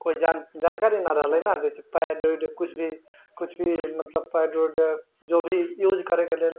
कोइ जानकारी नहि रहलै ने जइसे पैड उड किछु भी मतलब पैड उड जे भी यूज करैके लेल